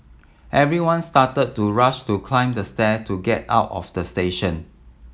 everyone started to rush to climb the stair to get out of the station